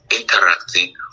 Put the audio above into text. interacting